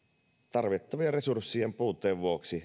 tarvittavien resurssien puutteen vuoksi